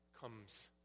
comes